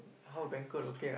how banquet okay ah